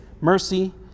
mercy